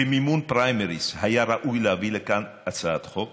במימון פריימריז, היה ראוי להביא לכאן הצעת חוק